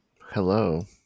hello